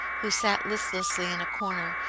who sat listlessly in a corner,